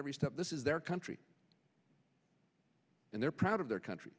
every step this is their country and they're proud of their country